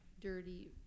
Dirty